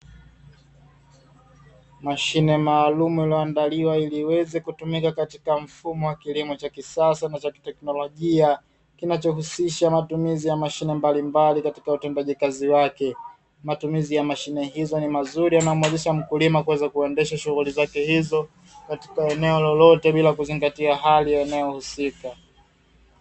Mashine maalumu iliyoandaliwa ili iweze kutumika katika mfumo wa kilimo cha kisasa na cha kiteknolojia, kinachohusisha matumizi ya mashine mbalimbali katika utendaji kazi wake. Matumizi ya mashine hizo ni mazuri yanayomwezesha mkulima kuweza kuendesha shughuli zake hizo katika eneo lolote bila kuzingatia hali ya eneo husika.